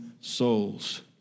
souls